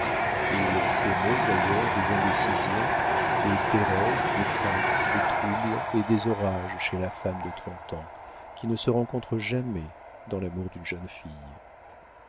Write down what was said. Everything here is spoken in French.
il s'émeut d'ailleurs des indécisions des terreurs des craintes des troubles et des orages chez la femme de trente ans qui ne se rencontrent jamais dans l'amour d'une jeune fille